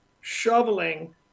shoveling